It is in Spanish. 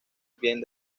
bien